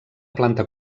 planta